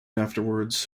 afterwards